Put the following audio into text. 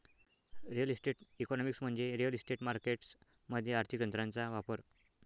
real estate economics म्हणजे real estate markets मध्ये आर्थिक तंत्रांचा वापर